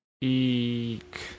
Eek